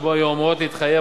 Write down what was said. שבו היו אמורות להתחייב,